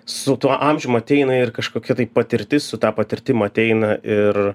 su tuo amžium ateina ir kažkokia tai patirtis su ta patirtim ateina ir